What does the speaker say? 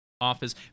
office